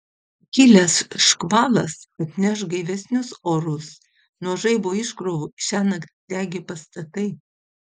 kilęs škvalas atneš gaivesnius orus nuo žaibo iškrovų šiąnakt degė pastatai